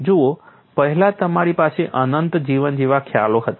જુઓ પહેલાં તમારી પાસે અનંત જીવન જેવા ખ્યાલો હતા